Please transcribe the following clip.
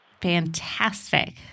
Fantastic